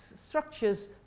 structures